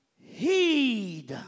heed